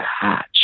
hatch